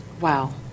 Wow